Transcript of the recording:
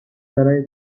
برای